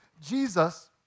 Jesus